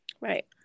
Right